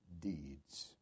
deeds